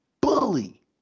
bully